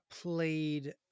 played